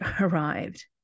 arrived